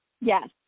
Yes